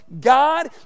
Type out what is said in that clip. God